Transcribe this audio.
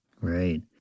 Right